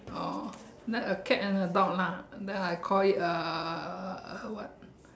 orh then a cat and a dog lah then I call it a what